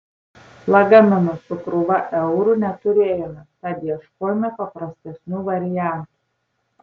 lagamino su krūva eurų neturėjome tad ieškojome paprastesnių variantų